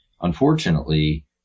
Unfortunately